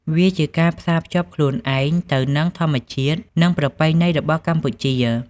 វាជាការផ្សារភ្ជាប់ខ្លួនឯងទៅនឹងធម្មជាតិនិងប្រពៃណីរបស់កម្ពុជា។